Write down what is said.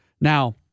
Now